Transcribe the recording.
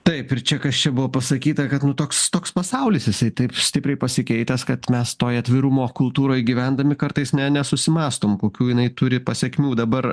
taip ir čia kas čia buvo pasakyta kad nu toks toks pasaulis jisai taip stipriai pasikeitęs kad mes toje atvirumo kultūroj gyvendami kartais ne nesusimąstom kokių jinai turi pasekmių dabar